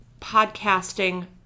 podcasting